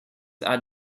are